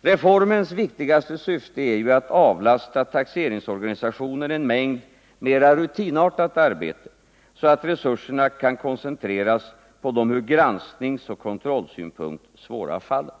Reformens viktigaste syfte är ju att avlasta taxeringsorganisationen en mängd mera rutinartat arbete, så att resurserna kan koncentreras på de ur granskningsoch kontrollsynpunkt svåra fallen.